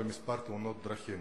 במספר תאונות הדרכים.